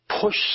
push